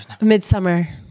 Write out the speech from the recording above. midsummer